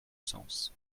sens